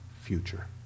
future